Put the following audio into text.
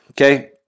Okay